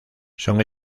son